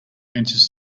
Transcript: enters